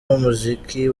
b’umuziki